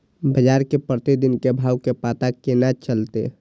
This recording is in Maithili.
बजार के प्रतिदिन के भाव के पता केना चलते?